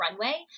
runway